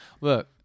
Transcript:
Look